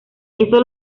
eso